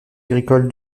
agricole